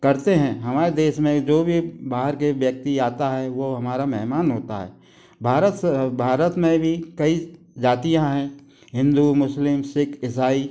करते हैं हमारे देश में जो भी बाहर के व्यक्ति आता है वो हमारा मेहमान होता है भारत स अ भारत में भी कई जातियाँ हैं हिंदू मुस्लिम सिख ईसाई